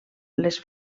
les